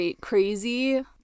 crazy